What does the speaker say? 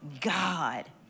God